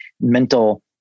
mental